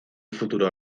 futuro